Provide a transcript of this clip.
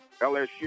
LSU